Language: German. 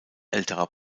älterer